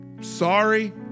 Sorry